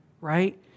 right